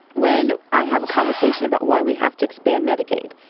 when i have a conversation about why we have to expand medicaid,